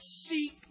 seek